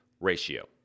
ratio